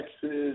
Texas